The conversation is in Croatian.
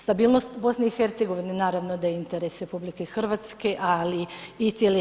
Stabilnost BiH naravno da je interes RH, ali i cijele EU.